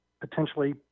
potentially